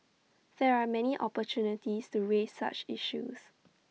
there are many opportunities to raise such issues